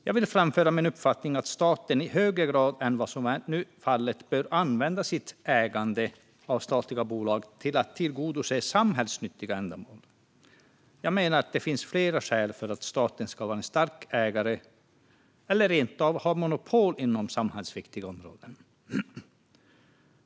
Jag vill framföra min uppfattning att staten i högre grad än vad som nu är fallet bör använda sitt ägande av statliga bolag för att tillgodose samhällsnyttiga ändamål. Jag menar att det finns flera skäl för att staten ska vara en stark ägare eller rent av ha monopol inom samhällsviktiga områden.